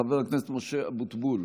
חבר הכנסת משה אבוטבול,